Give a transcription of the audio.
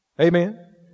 Amen